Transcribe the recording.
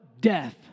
death